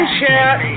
chat